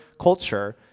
culture